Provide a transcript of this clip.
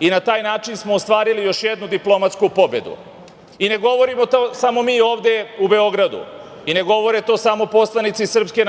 i na taj način smo ostvarili još jednu diplomatsku pobedu. Ne govorimo to samo mi ovde u Beogradu i ne govore to samo poslanici SNS,